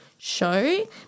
Show